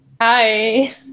Hi